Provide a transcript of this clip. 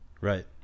Right